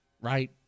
right